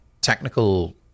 technical